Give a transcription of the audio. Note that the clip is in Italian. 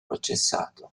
processato